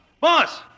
Boss